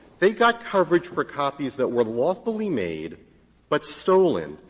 they got coverage for copies that were lawfully made but stolen.